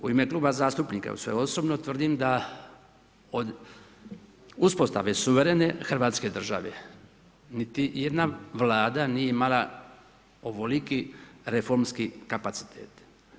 U ime Kluba zastupnika i u svoje osobno tvrdim da od uspostave suverene Hrvatske države niti jedna Vlada nije imala ovoliki reformski kapacitet.